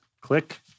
Click